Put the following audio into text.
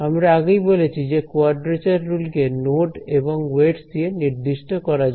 আমরা আগেই বলেছি যে কোয়াড্রেচার রুল কে নোড এবং ওয়েটস দিয়ে নির্দিষ্ট করা যায়